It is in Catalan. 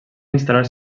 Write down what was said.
instal·lar